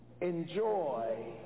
enjoy